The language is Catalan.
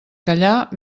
callar